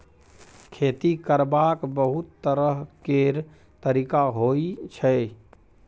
खेती करबाक बहुत तरह केर तरिका होइ छै